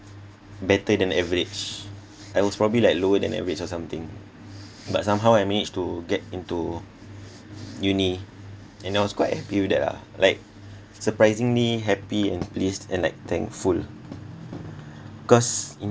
better than average I was probably like lower than average or something but somehow I managed to get into uni and I was quite happy with that lah like surprisingly happy and pleased and like thankful cause in